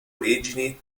origini